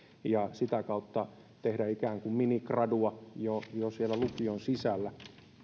ja sitä kautta voisi tehdä ikään kuin minigradua jo siellä lukion sisällä